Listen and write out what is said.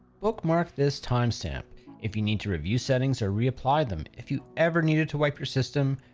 bookmark this timestamp if you need to review settings or reapply them, if you ever needed to wipe your system,